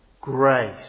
grace